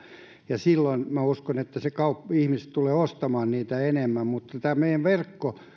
ja uskon että silloin ihmiset tulevat ostamaan niitä enemmän mutta tämä meidän